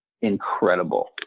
incredible